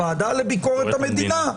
הוועדה לביקורת המדינה.